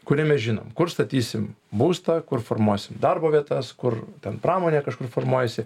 kuriam mes žinom kur statysim būstą kur formuosim darbo vietas kur ten pramonė kažkur formuojasi